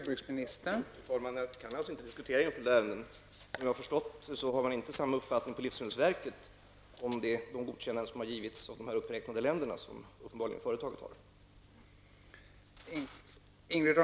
Fru talman! Jag kan alltså inte diskutera enskilda ärenden. Såvitt jag har förstått har man på livsmedelsverket inte samma uppfattning som företaget uppenbarligen har om de godkännanden som har givits av de uppräknade länderna.